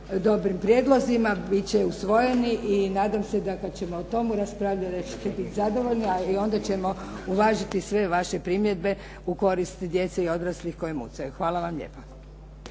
dobrim prijedlozima, bit će usvojeni i nadam se da kad ćemo o tomu raspravljati da ćete biti zadovoljni, a i onda ćemo uvažiti i sve vaše primjedbe u korist djece i odraslih koji mucaju. Hvala vam lijepa.